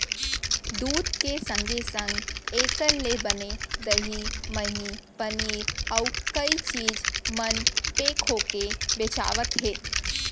दूद के संगे संग एकर ले बने दही, मही, पनीर, अउ कई चीज मन पेक होके बेचावत हें